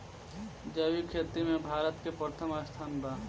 जैविक खेती में भारत के प्रथम स्थान बा